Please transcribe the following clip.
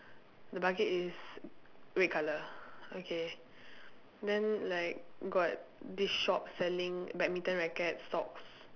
the bucket is red colour okay then like got this shop selling badminton racket socks